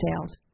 sales